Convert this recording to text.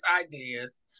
ideas